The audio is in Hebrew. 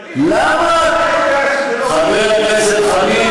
למה, יריב, חבר הכנסת חנין,